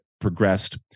progressed